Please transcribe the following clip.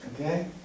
Okay